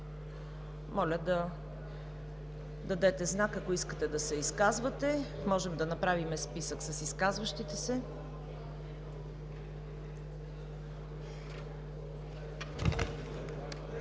Моля да дадете знак, ако искате да се изказвате – можем да направим списък с изказващите се.